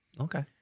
Okay